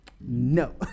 no